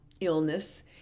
illness